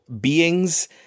beings